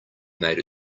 made